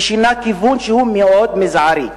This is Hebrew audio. ושינה כיוון, שהוא מאוד מזערי.